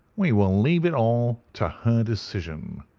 we will leave it all to her decision.